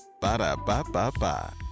Ba-da-ba-ba-ba